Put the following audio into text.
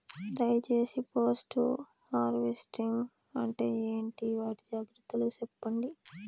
దయ సేసి post harvesting అంటే ఏంటి? వాటి జాగ్రత్తలు సెప్పండి?